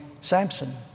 Samson